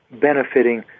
benefiting